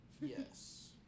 Yes